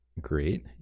great